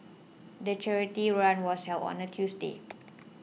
the charity run was held on a Tuesday